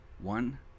one